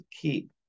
keep